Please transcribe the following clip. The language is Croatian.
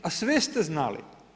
A sve ste znali.